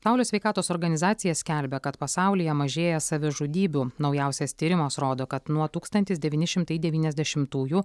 pasaulio sveikatos organizacija skelbia kad pasaulyje mažėja savižudybių naujausias tyrimas rodo kad nuo tūkstantis devyni šimtai devyniasdešimtųjų